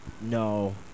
No